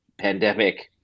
pandemic